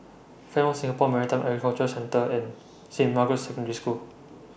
Fairmont Singapore Marine Aquaculture Centre and Saint Margaret's Secondary School